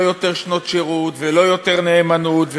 לא יותר שנות שירות ולא יותר נאמנות,